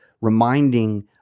reminding